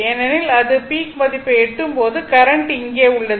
ஏனெனில் அது பீக் மதிப்பை எட்டும்போது கரண்ட் இங்கே உள்ளது